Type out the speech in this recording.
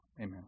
Amen